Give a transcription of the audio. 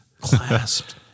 Clasped